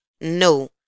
No